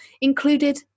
included